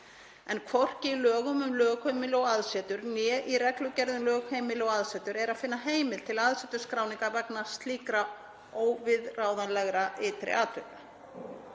Hvorki í lögum um lögheimili og aðsetur né í reglugerð um lögheimili og aðsetur er að finna heimild til aðsetursskráningar vegna slíkra óviðráðanlegra ytri atvika.